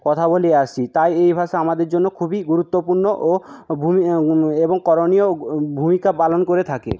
কথা বলে আসছি তাই এই ভাষা আমাদের জন্য খুবই গুরুত্বপূর্ণ ও এবং করণীয় ভূমিকা পালন করে থাকে